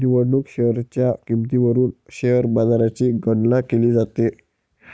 निवडक शेअर्सच्या किंमतीवरून शेअर बाजाराची गणना केली जाते